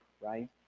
right